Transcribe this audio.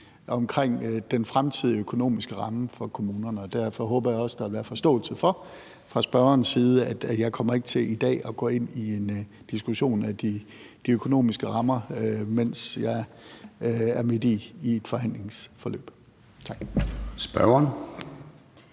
om den fremtidige økonomiske ramme for kommunerne, og derfor håber jeg også, at der fra spørgerens side vil være forståelse for, at jeg ikke kommer til i dag at gå ind i en diskussion af de økonomiske rammer, altså mens jeg er midt i et forhandlingsforløb. Tak.